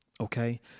Okay